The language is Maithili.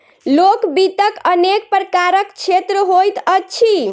लोक वित्तक अनेक प्रकारक क्षेत्र होइत अछि